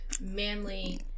Manly